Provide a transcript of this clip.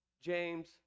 James